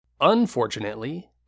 Unfortunately